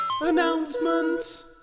Announcement